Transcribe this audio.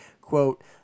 quote